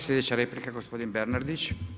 Slijedeća replika gospodin Bernardić.